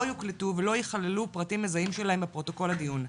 או יוקלטו ולא יחללו פרטים מזהים שלהם בפרוטוקול הדיון,